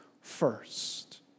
first